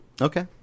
Okay